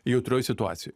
jautrioj situacijoj